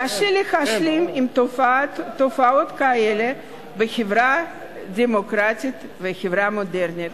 קשה להשלים עם תופעות כאלה בחברה דמוקרטית מודרנית.